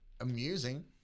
amusing